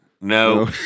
no